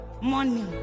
Money